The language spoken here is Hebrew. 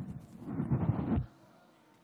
בבקשה, אדוני,